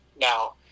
now